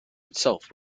itself